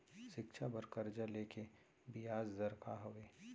शिक्षा बर कर्जा ले के बियाज दर का हवे?